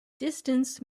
distance